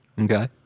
Okay